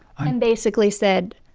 and basically said,